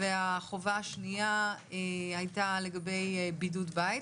והחובה השנייה הייתה לגבי בידוד בית,